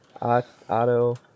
auto